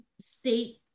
state